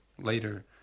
later